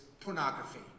pornography